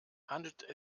handelt